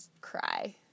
cry